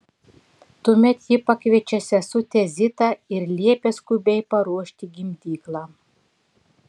tuomet ji pakviečia sesutę zitą ir liepia skubiai paruošti gimdyklą